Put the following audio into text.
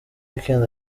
weekend